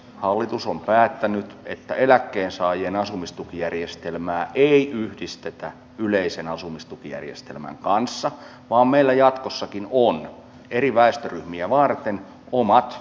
hallitus on päättänyt että eläkkeensaajien asumistukijärjestelmää ei yhdistetä yleisen asumistukijärjestelmän kanssa vaan meillä jatkossakin on eri väestöryhmiä varten omat järjestelmät